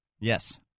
Yes